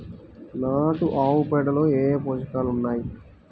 నాటు ఆవుపేడలో ఏ ఏ పోషకాలు ఉన్నాయి?